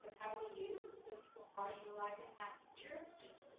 how we use, so people are utilizing that feature, which